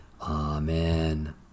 Amen